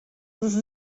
ist